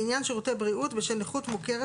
לעניין שירותי בריאות בשל נכות מוכרת